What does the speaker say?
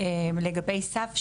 לגבי סף שמעליו,